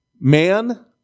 Man